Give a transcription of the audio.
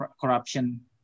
corruption